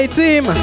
team